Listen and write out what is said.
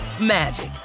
magic